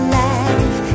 life